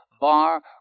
bar